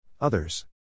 Others